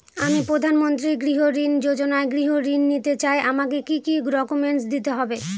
আমি প্রধানমন্ত্রী গৃহ ঋণ যোজনায় গৃহ ঋণ নিতে চাই আমাকে কি কি ডকুমেন্টস দিতে হবে?